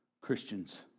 Christians